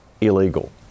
illegal